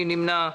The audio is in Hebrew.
מי נמנע?